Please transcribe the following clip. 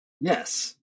Yes